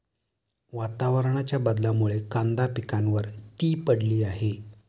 वातावरणाच्या बदलामुळे कांदा पिकावर ती पडली आहे